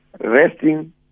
Resting